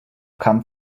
come